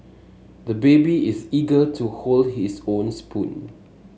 the baby is eager to hold his own spoon